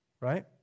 right